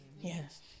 Yes